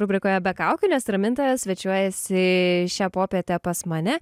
rubrikoje be kaukių nes ramintoja svečiuojasi šią popietę pas mane